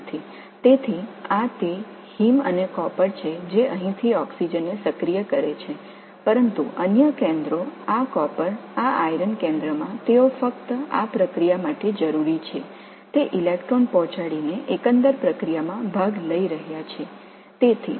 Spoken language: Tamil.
எனவே இது ஹீம் மற்றும் காப்பர் தான் இங்கே ஆக்ஸிஜனை செயல்படுத்துகிறது ஆனால் மற்றவை இந்த காப்பரை மையப்படுத்துகின்றன இந்த இரும்பு மையம் இந்த செயல்முறைக்கு தேவையான எலக்ட்ரானை வழங்குவதன் மூலம் ஒட்டுமொத்த செயல்பாட்டில் பங்கேற்கிறது